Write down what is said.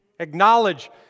acknowledge